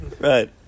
Right